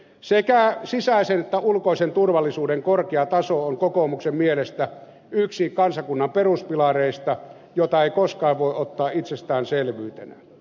sekä sisäisen että ulkoisen turvallisuuden korkea taso on kokoomuksen mielestä yksi kansakunnan peruspilareista jota ei koskaan voi ottaa itsestäänselvyytenä